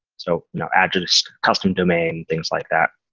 so no address, custom domain, things like that.